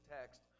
text